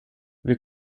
wir